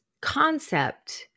concept